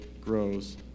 grows